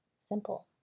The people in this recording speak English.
simple